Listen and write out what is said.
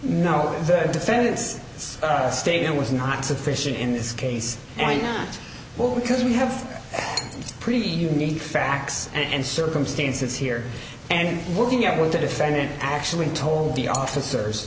no good defense its statement was not sufficient in this case and not well because we have pretty unique facts and circumstances here and working out what the defendant actually told the officers